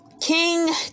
King